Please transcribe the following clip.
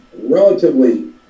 Relatively